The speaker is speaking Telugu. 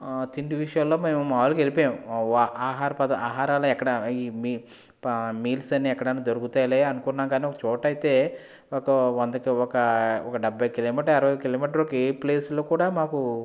ఆ తిండి విషయాలో మేము మామూలుగా వెళ్ళిపోయాము ఆహార పదార్థాలు మీల్స్ అయినా ఎక్కడైనా దొరుకుతాయిలే ఒక చోట అయితే ఒక డెబ్బై కిలోమీటర్ల అరవై కిలోమీటర్లకి ప్లేస్ లో కూడా మాకు ఇవి లేవు